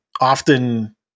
often